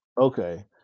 Okay